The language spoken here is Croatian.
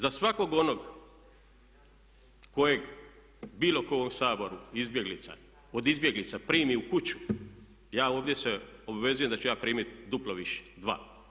Za svakog onog kojeg bilo tko u ovom Saboru izbjeglica, od izbjeglica primi u kuću ja ovdje se obvezujem da ću ja primit duplo više, dva.